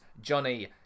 Johnny